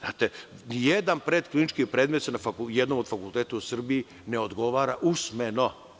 Nijedan pretklinički predmet se ni na jednom od fakulteta u Srbiji ne odgovara usmeno.